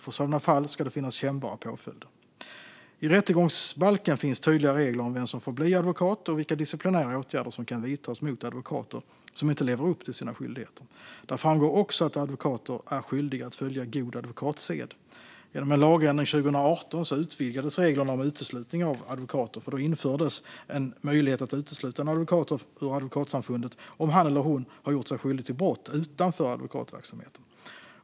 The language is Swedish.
För sådana fall ska det finnas kännbara påföljder. I rättegångsbalken finns tydliga regler om vem som får bli advokat och vilka disciplinära åtgärder som kan vidtas mot advokater som inte lever upp till sina skyldigheter. Där framgår också att advokater är skyldiga att följa god advokatsed. Genom en lagändring 2018 utvidgades reglerna om uteslutning av advokater. Då infördes en möjlighet att utesluta en advokat ur Advokatsamfundet om han eller hon har gjort sig skyldig till brott utanför advokatverksamheten.